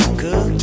good